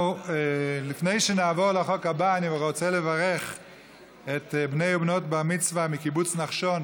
לפני שנעבור לחוק הבא אני רוצה לברך את בני ובנות מצווה מקיבוץ נחשון.